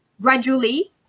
gradually